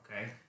Okay